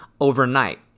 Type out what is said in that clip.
overnight